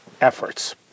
efforts